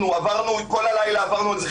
כל הלילה עברנו על זה,